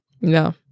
No